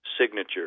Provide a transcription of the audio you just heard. signature